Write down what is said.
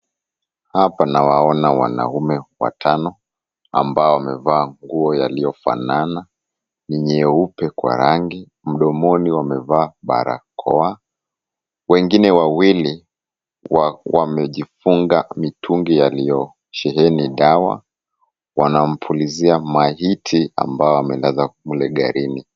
Hapa nawaona wanaume watano, ambao wamevaa nguo yaliyofanana. Ni nyeupe kwa rangi, mdomoni wamevaa barakoa. Wengine wawili wa, wamejifunga mitungi yaliyosheheni dawa. Wanampulizia maiti ambao amelaza kule garini.